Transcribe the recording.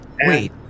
Wait